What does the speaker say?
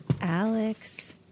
Alex